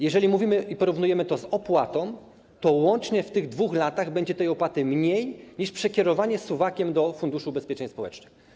Jeżeli mówimy i porównujemy to z opłatą, to łącznie w tych 2 latach będzie ta opłata mniejsza niż przekierowanie suwakiem do Funduszu Ubezpieczeń Społecznych.